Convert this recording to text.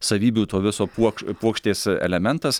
savybių to viso puokš puokštės elementas